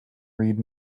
read